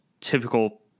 typical